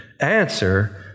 answer